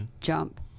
jump